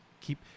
keep